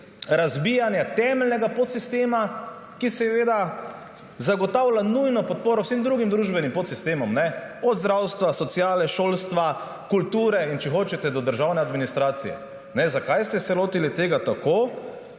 razbijanja temeljnega podsistema, ki seveda zagotavlja nujno podporo vsem drugim družbenim podsistemom, od zdravstva, sociale, šolstva, kulture in, če hočete, do državne administracije. Zakaj ste se lotili tega tako,